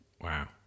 Wow